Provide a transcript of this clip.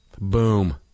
Boom